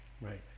right